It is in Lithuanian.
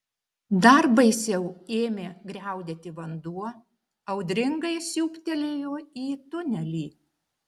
dar baisiau ėmė griaudėti vanduo audringai siūbtelėjo į tunelį